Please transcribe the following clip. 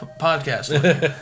Podcast